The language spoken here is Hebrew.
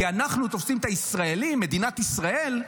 כי אנחנו תופסים את הישראלים, מדינת ישראל,